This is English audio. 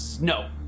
no